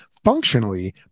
Functionally